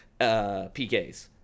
PKs